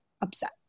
upset